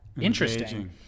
interesting